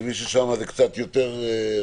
אני מבין ששם הצו קצת יותר רחב.